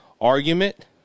argument